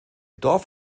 dorf